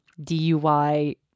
DUI